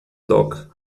doca